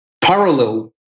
parallel